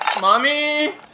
Mommy